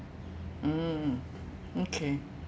mm okay